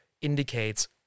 indicates